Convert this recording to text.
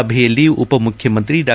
ಸಭೆಯಲ್ಲಿ ಉಪಮುಖ್ಯಮಂತ್ರಿ ಡಾ